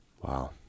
Wow